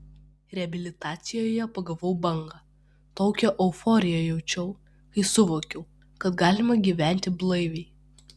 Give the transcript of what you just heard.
reabilitacijoje pagavau bangą tokią euforiją jaučiau kai suvokiau kad galima gyventi blaiviai